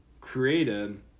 created